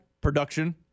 Production